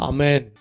Amen